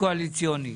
בהסכמים קואליציוניים?